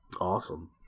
Awesome